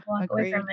Agreed